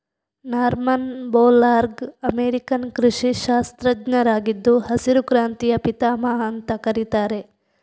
Norman Borlaug American ಕೃಷಿ ಶಾಸ್ತ್ರಜ್ಞರಾಗಿದ್ದು ಹಸಿರು ಕ್ರಾಂತಿಯ ಪಿತಾಮಹ ಅಂತ ಕರೀತಾರೆ